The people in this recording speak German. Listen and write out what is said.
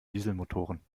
dieselmotoren